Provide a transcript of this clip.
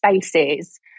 spaces